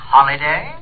Holiday